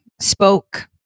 spoke